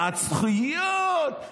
בעד זכויות,